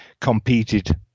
competed